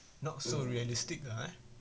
ah eh